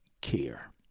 care